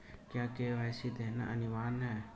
क्या के.वाई.सी देना अनिवार्य है?